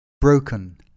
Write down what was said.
broken